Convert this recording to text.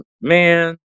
Man